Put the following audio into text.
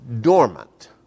dormant